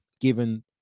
given